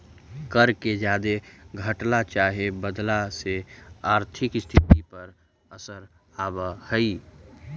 कर के जादे घटला चाहे बढ़ला से आर्थिक स्थिति पर असर आब हई